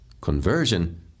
conversion